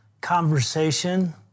conversation